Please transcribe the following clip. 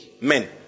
Men